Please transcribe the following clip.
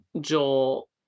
Joel